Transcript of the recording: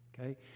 Okay